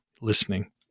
listening